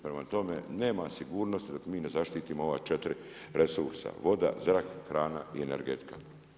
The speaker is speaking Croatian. Prema tome, nema sigurnosti dok mi ne zaštitimo ova četiri resursa voda, zrak, hrana i energetika.